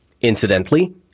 Incidentally